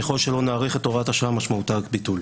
ככל שלא נאריך את הוראת השעה, משמעותה ביטול.